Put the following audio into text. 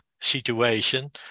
situation